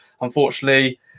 Unfortunately